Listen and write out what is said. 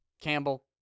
Campbell